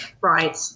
Right